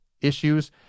issues